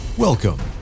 Welcome